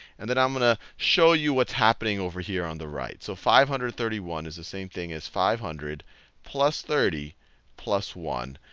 and then i'm going to show you what's happening over here on the right. so five hundred and thirty one is the same thing as five hundred plus thirty plus one.